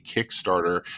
Kickstarter